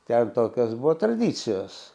ten tokios buvo tradicijos